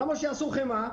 למה שיעשו חמאה?